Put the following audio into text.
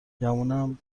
گمونم